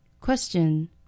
Question